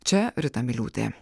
čia rita miliūtė